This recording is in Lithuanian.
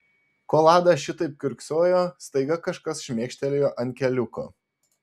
kol ada šitaip kiurksojo staiga kažkas šmėkštelėjo ant keliuko